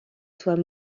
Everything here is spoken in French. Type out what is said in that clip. soit